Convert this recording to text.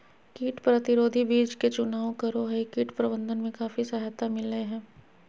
कीट प्रतिरोधी बीज के चुनाव करो हइ, कीट प्रबंधन में काफी सहायता मिलैय हइ